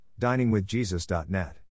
diningwithjesus.net